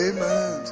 Amen